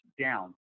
down